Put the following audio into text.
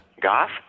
Goth